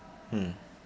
mm